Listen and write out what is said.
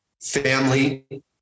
family